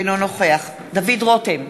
אינו נוכח דוד רותם,